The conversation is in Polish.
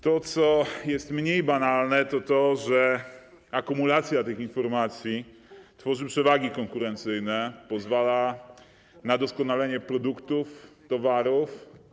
To, co jest mniej banalne, to to, że akumulacja tych informacji tworzy przewagi konkurencyjne, pozwala na doskonalenie produktów, towarów.